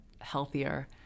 healthier